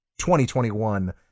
2021